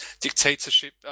dictatorship